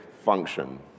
function